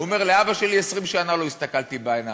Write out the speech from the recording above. הוא אומר: לאבא שלי 20 שנה לא הסתכלתי בעיניים.